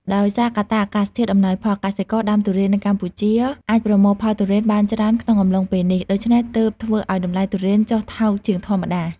ដោយសារកត្តាអាកាសធាតុអំណោយផល កសិករដាំទុរេននៅកម្ពុជាអាចប្រមូលផលទុរេនបានច្រើនក្នុងអំឡុងពេលនេះ ដូច្នេះទើបធ្វើឲ្យតម្លៃទុរេនចុះថោកជាងធម្មតា។